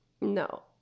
no